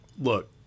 look